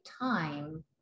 time